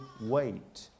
wait